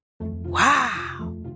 Wow